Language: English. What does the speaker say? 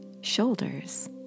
shoulders